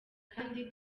kandi